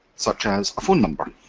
such as phone number.